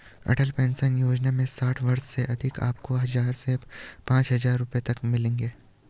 अटल pension योजना में साठ वर्ष के बाद आपको हज़ार से पांच हज़ार रुपए तक मिलेंगे